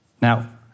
Now